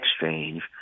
exchange